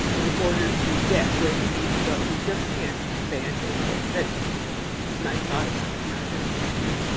in order to get where we need to go. we just can't mandate it. that's my thought about it, mark, i don't know, if you.